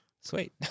Sweet